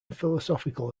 philosophical